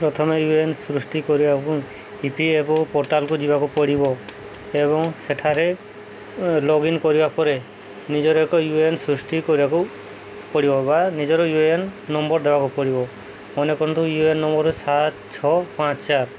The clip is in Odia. ପ୍ରଥମେ ୟୁ ଏ ଏନ୍ ସୃଷ୍ଟି କରିବାକୁ ଇ ପି ଏଫ୍ ଓ ପୋର୍ଟାଲକୁ ଯିବାକୁ ପଡ଼ିବ ଏବଂ ସେଠାରେ ଲଗ୍ଇନ୍ କରିବା ପରେ ନିଜର ଏକ ୟୁ ଏ ଏନ୍ ସୃଷ୍ଟି କରିବାକୁ ପଡ଼ିବ ବା ନିଜର ୟୁ ଏ ଏନ୍ ନମ୍ବର ଦେବାକୁ ପଡ଼ିବ ମନେ କରନ୍ତୁ ୟୁ ଏ ଏନ୍ ନମ୍ବର ସାତ ଛଅ ପାଞ୍ଚ ଚାର